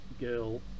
girl